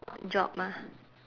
job ah